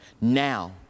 Now